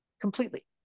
completely